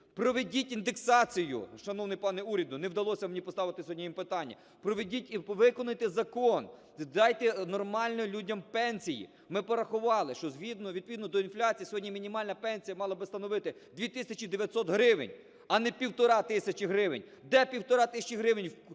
Проведіть індексацію, шановний пане… уряду. Не вдалося мені поставити сьогодні їм питання. Проведіть і виконайте закон, дайте нормально людям пенсії! Ми порахували, що згідно, відповідно до інфляції сьогодні мінімальна пенсія мала би становити 2 тисячі 900 гривень, а не півтори тисячі гривень. Де півтори